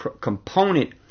component